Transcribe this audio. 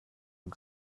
den